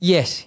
Yes